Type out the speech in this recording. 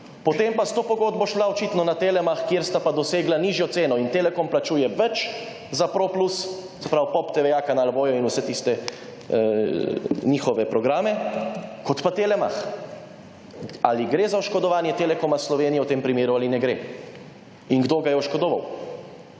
potem pa s to pogodbo šla očitno na Telemach, kje sta pa dosegla nižjo ceno. In Telekom plačuje več za ProPlus, se pravi POPTV, Akanal in Voyo in vse tiste njihove programe kot pa Telemach. Ali gre za oškodovanje Telekoma Slovenije v tem primeru ali ne gre? In kdo ga je oškodoval?